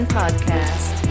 podcast